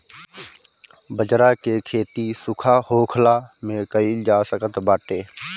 बजरा के खेती सुखा होखलो में कइल जा सकत बाटे